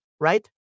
right